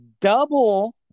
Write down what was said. double